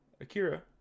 Akira